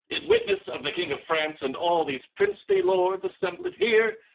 in witness of the king of france and all these princely lords assembled here,